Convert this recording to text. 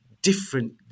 Different